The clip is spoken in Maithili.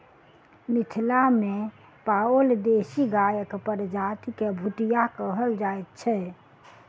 मिथिला मे पाओल देशी गायक प्रजाति के भुटिया कहल जाइत छै